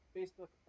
Facebook